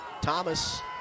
Thomas